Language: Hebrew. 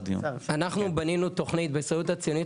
אנחנו בנינו תוכנית בהסתדרות הציונית